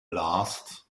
last